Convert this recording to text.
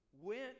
went